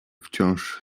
wciąż